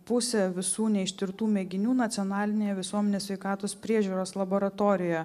pusė visų neištirtų mėginių nacionalinėje visuomenės sveikatos priežiūros laboratorijoje